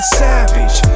savage